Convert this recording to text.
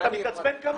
אתה מתעצבן כמוני.